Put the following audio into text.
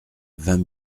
vingt